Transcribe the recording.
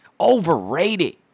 Overrated